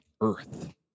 Earth